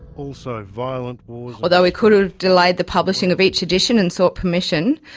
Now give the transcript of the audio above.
also violent wars. although we could've delayed the publishing of each edition and sought permission,